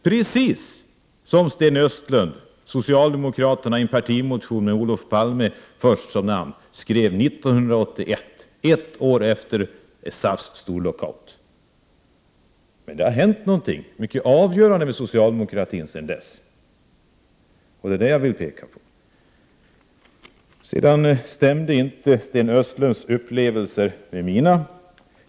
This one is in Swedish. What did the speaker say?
Detta skrev socialdemokraterna i en partimotion med Olof Palme som första namn 1981, ett år efter SAF:s storlockout. Men det har hänt något mycket avgörande med socialdemokratin sedan dess, och det är det jag vill peka på. Sten Östlunds upplevelser stämde inte med mina.